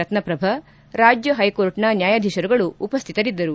ರತ್ನಪ್ರಭಾ ರಾಜ್ಯ ಹೈಕೋರ್ಟ್ನ ನ್ನಾಯಾಧೀಶರುಗಳು ಉಪ್ಟುತರಿದ್ದರು